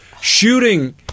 shooting